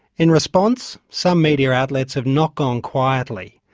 in response, some media outlets have not gone quietly.